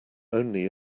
only